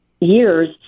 years